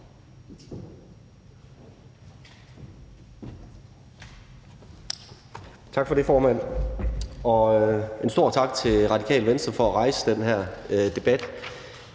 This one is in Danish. Tak for det, formand, og en stor tak til Radikale Venstre for at rejse den her debat.